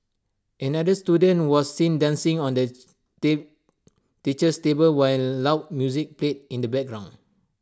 another student was seen dancing on the teacher's table while loud music played in the background